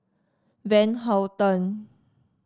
Van Houten